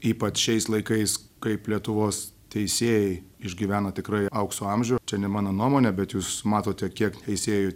ypač šiais laikais kaip lietuvos teisėjai išgyvena tikrai aukso amžių čia ne mano nuomonė bet jūs matote kiek teisėjų